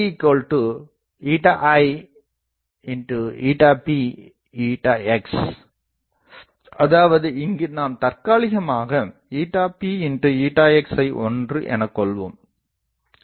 aipx அதாவது இங்கு நாம் தற்காலிகமாக px ஐ 1 எனக்கொள்வோம்